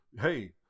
Hey